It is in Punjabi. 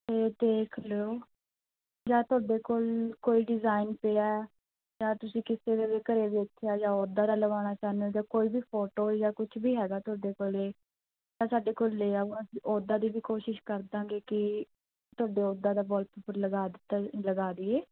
ਅਤੇ ਦੇਖ ਲਿਓ ਜਾਂ ਤੁਹਾਡੇ ਕੋਲ ਕੋਈ ਡਿਜ਼ਾਇਨ ਪਿਆ ਜਾਂ ਤੁਸੀਂ ਕਿਸੇ ਦੇ ਘਰ ਦੇਖਿਆ ਜਾਂ ਉੱਦਾਂ ਦਾ ਲਵਾਉਣਾ ਚਾਹੁੰਦੇ ਜਾਂ ਕੋਈ ਵੀ ਫੋਟੋ ਜਾਂ ਕੁਛ ਵੀ ਹੈਗਾ ਤੁਹਾਡੇ ਕੋਲ ਤਾਂ ਸਾਡੇ ਕੋਲ ਲੈ ਆਓ ਅਸੀਂ ਉੱਦਾਂ ਦੀ ਵੀ ਕੋਸ਼ਿਸ਼ ਕਰ ਦੇਵਾਂਗੇ ਕਿ ਤੁਹਾਡੇ ਉੱਦਾਂ ਦਾ ਵੋਲਪੇਪਰ ਲਗਾ ਦਿੱਤਾ ਲਗਾ ਦੀਏ